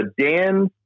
Dan